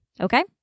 Okay